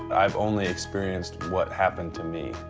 i've only experienced what happened to me.